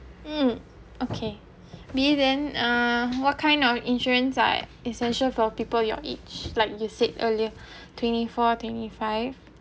mm okay me then uh what kind of insurance are essential for people your age like you said earlier twenty four twenty five